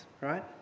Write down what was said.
right